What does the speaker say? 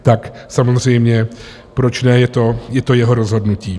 Tak samozřejmě, proč ne, je to jeho rozhodnutí.